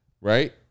right